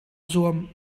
zuam